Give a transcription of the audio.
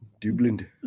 Dublin